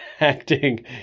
acting